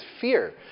fear